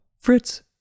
Fritz